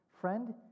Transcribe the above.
Friend